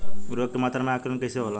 उर्वरक के मात्रा में आकलन कईसे होला?